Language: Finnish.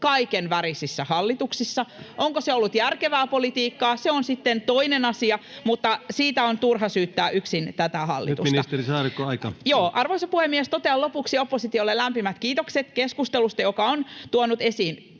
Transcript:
Paula Risikon välihuudot] Onko se ollut järkevää politiikkaa, on sitten toinen asia, mutta siitä on turha syyttää yksin tätä hallitusta. Joo. — Arvoisa puhemies! Totean lopuksi oppositiolle lämpimät kiitokset keskustelusta, joka on tuonut esiin